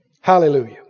Hallelujah